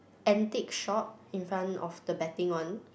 antique shop in front of the betting one